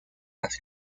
las